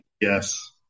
Yes